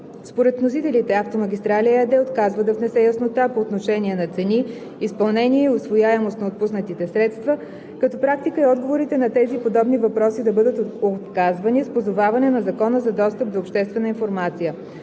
Според вносителите „Автомагистрали“ ЕАД отказва да внесе яснота по отношение на цени, изпълнение и усвояемост на отпуснатите средства, като практика е отговорите на тези и подобни въпроси да бъдат отказвани с позоваване на Закона за достъп до обществена информация.